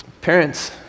Parents